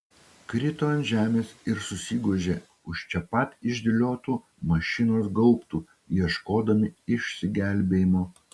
krito ant žemės ir susigūžė už čia pat išdėliotų mašinos gaubtų ieškodami išsigelbėjimo